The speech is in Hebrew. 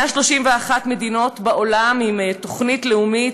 131 מדינות בעולם הן עם תוכנית לאומית